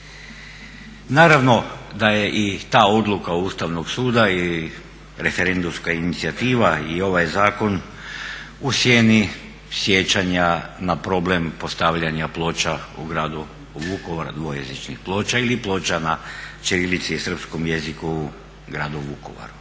Naravno da je i ta odluka Ustavnog suda i referendumska inicijativa i ovaj Zakon u sjeni sjećanja na problem postavljanja ploča u gradu Vukovaru, dvojezičnih ploča ili ploča na ćirilici i srpskom jeziku u gradu Vukovaru.